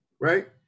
right